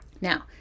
now